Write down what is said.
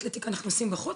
אתלטיקה אנחנו עושים בחוץ,